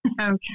Okay